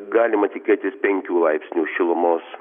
galima tikėtis penkių laipsnių šilumos